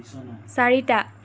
চাৰিটা